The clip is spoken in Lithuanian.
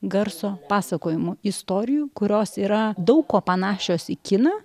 garso pasakojimų istorijų kurios yra daug kuo panašios į kiną